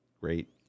great